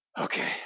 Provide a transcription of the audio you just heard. Okay